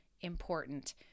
important